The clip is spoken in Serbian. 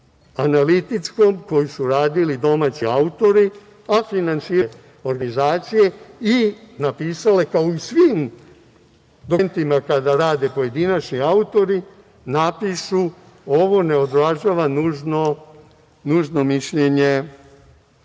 analitičkom koji su radili domaći autori, a finansirali su ove organizacije i napisale, kao i u svim dokumentima kada rade pojedinačni autori, ovo ne odražava nužno mišljenje